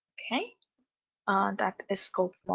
okay that is scope